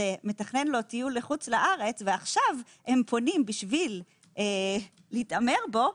מתכנן לו טיול לחו"ל ועכשיו פונים כדי להתעמר בו,